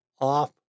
off